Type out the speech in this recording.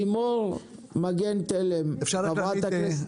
לימור מגן תלם, חברת הכנסת.